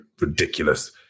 ridiculous